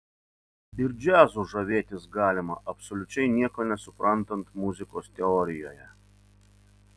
ir džiazu žavėtis galima absoliučiai nieko nesuprantant muzikos teorijoje